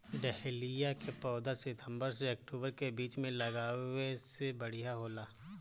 dahlia के पौधा सितंबर से अक्टूबर के बीच में लागावे से बढ़िया होला